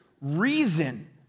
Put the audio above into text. reason